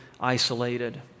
isolated